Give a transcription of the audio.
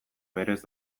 berez